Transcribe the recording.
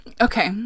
Okay